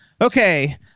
Okay